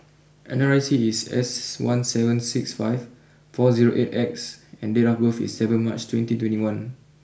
N R I C is S one seven six five four zero eight X and date of birth is seven March twenty twenty one